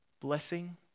Blessing